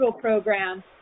program